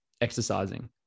exercising